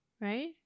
right